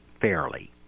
fairly